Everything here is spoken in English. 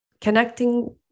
connecting